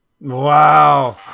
Wow